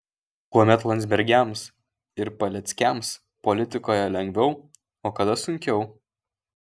kuomet landsbergiams ir paleckiams politikoje lengviau o kada sunkiau